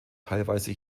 teilweise